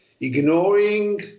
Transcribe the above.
ignoring